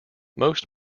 most